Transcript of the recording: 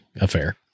affair